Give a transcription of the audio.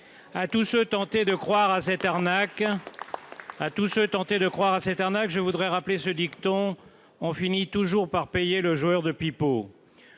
à tous ceux tentés de croire à cette arnaque, je voudrais rappeler ce dicton, on finit toujours par payer le joueur de pipeau,